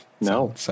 No